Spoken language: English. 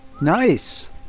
Nice